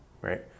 right